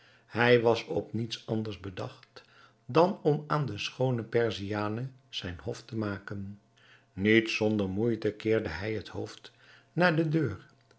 hij was op niets anders bedacht dan om aan de schoone perziane zijn hof te maken niet zonder moeite keerde hij het hoofd naar de deur